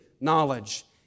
knowledge